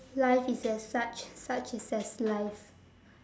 life is as such such is as life